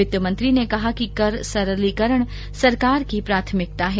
वित्त मंत्री ने कहा कि कर सरलीकरण सरकार की प्राथमिकता है